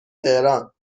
تهران